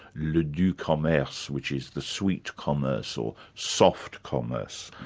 le doux commerce, which is the sweet commerce, or soft commerce,